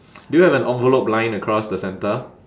do you have an envelope line across the centre